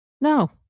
No